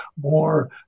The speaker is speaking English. more